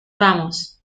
vamos